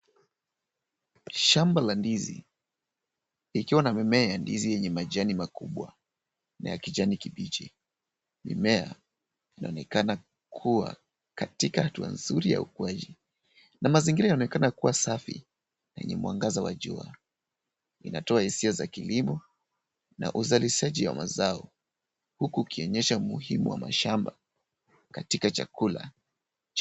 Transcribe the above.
Shamba la ndizi, likiwa na mimea ya ndizi yenye majani makubwa ya kijani kibichi. Mimea, inaonekana kua katika hatua nzuri ya ukuaji na mazingira yanaonekana kuwa safi, yenye mwangaza wa jua. Inatoa hisia za kilimo na uzalishaji wa mazao huku ikionyesha umuhimu wa mashamba katika chakula.